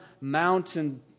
mountain